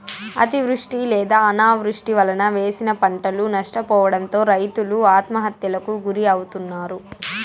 అతివృష్టి లేదా అనావృష్టి వలన వేసిన పంటలు నష్టపోవడంతో రైతులు ఆత్మహత్యలకు గురి అవుతన్నారు